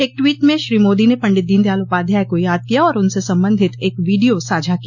एक ट्वीट में श्री मोदी ने पंडित दीनदयाल उपाध्याय को याद किया और उनसे संबंधित एक वीडियो साझा किया